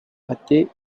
athée